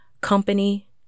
company